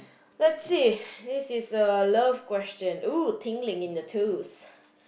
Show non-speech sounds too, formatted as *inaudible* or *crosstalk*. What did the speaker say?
let's see this is a love question !woo! tingling in the tooth *breath*